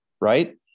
right